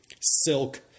silk